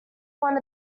one